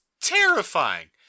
terrifying